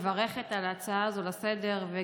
אני מברכת על ההצעה הזו לסדר-היום,